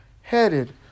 headed